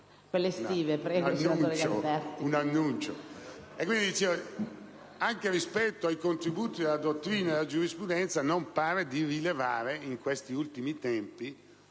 *(PD)*. Anche rispetto ai contributi della dottrina e della giurisprudenza, non pare di rilevare in questi ultimi tempi